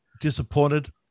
disappointed